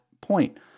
point